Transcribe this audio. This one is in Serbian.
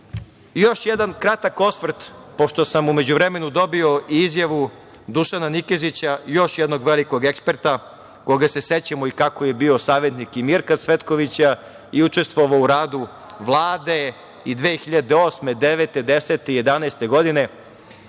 jedan kratak osvrt, pošto sam u međuvremenu dobio i izjavu Dušana Nikezića, još jednog velikog eksperta, koga se sećamo i kako je bio savetnik Mirka Cvetkovića i učestvovao u radu vlada od 2008, 2009, 2010, 2011,